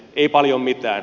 ei paljon mitään